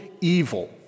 evil